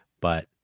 But-